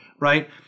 Right